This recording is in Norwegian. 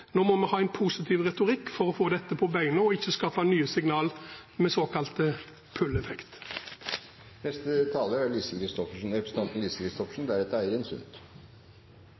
Nå må vi ha en positiv retorikk for å få dette på beina og ikke skape nye signaler om en såkalt pull-effekt. Representanten Lise Christoffersen